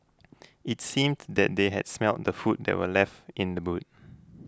it seemed that they had smelt the food that were left in the boot